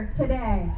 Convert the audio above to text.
today